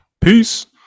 peace